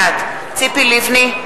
בעד ציפי לבני,